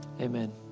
Amen